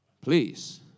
Please